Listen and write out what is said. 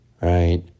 right